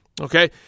Okay